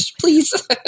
please